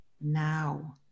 now